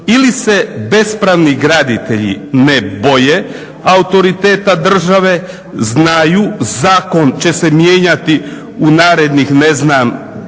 Ili se bespravni graditelji ne boje autoriteta države, znaju zakon će se mijenjati u narednih ne znam 10